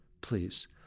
please